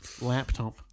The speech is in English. laptop